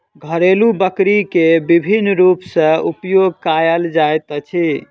घरेलु बकरी के विभिन्न रूप सॅ उपयोग कयल जाइत अछि